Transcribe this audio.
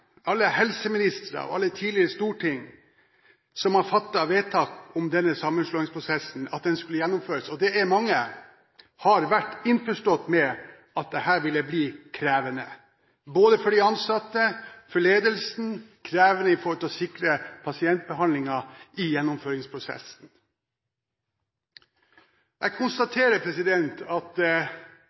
alle regjeringer, helseministre og tidligere storting som har fattet vedtak om at denne sammenslåingsprosessen skulle gjennomføres – og det er mange – har vært innforstått med at det ville bli krevende, både for de ansatte og for ledelsen, å sikre pasientbehandlingen i gjennomføringsprosessen. Jeg konstaterer at